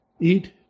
eat